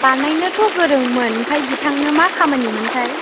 बानायनोथ' गोरोंमोन ओमफ्राय बिथांनो मा खामानिमोनथाय